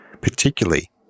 particularly